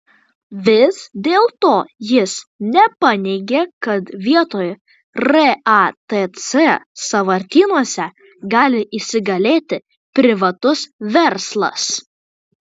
vis dėlto jis nepaneigė kad vietoj ratc sąvartynuose gali įsigalėti privatus verslas